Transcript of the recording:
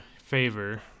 favor